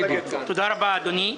אדוני.